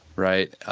right?